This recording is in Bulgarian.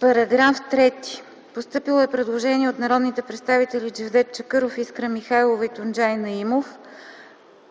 Параграф 3. Постъпило е предложение от народните представители Джевдет Чакъров, Искра Михайлова и Тунджай Наимов,